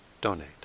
donate